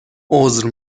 عذر